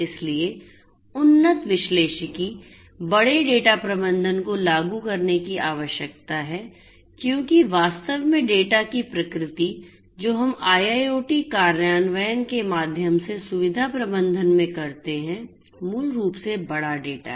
इसलिए उन्नत विश्लेषिकी बड़े डेटा प्रबंधन को लागू करने की आवश्यकता है क्योंकि वास्तव में डेटा की प्रकृति जो हम IIoT कार्यान्वयन के माध्यम से सुविधा प्रबंधन में करते हैं मूल रूप से बड़ा डेटा है